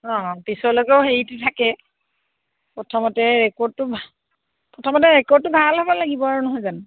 অঁ পিছলৈকেও হেৰিটো থাকে প্ৰথমতে ৰেকৰ্ডটো ভা প্ৰথমতে ৰেকৰ্ডটো ভাল হ'ব লাগিব আৰু নহয় জানো